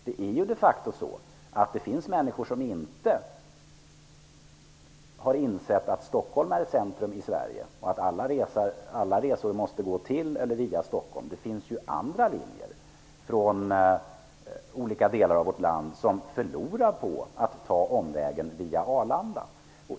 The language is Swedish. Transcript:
Det finns de facto människor som inte anser att Stockholm är ett centrum i Sverige och att alla resor måste gå till eller via Stockholm. Det finns linjer från olika delar av vårt land som förlorar på att gå omvägen via Arlanda.